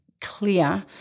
clear